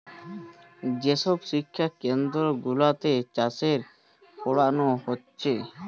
যে সব শিক্ষা কেন্দ্র গুলাতে চাষের পোড়ানা হচ্ছে